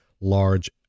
large